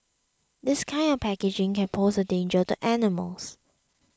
this kind of packaging can pose a danger to animals